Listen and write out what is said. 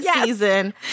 season